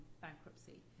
bankruptcy